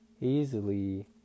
easily